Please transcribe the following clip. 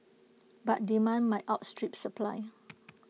but demand might outstrip supply